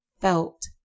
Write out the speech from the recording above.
felt